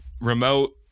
remote